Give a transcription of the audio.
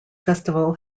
festival